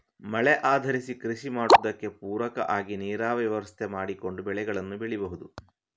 ಮಳೆ ಆಧರಿಸಿ ಕೃಷಿ ಮಾಡುದಕ್ಕೆ ಪೂರಕ ಆಗಿ ನೀರಾವರಿ ವ್ಯವಸ್ಥೆ ಮಾಡಿಕೊಂಡು ಬೆಳೆಗಳನ್ನ ಬೆಳೀಬಹುದು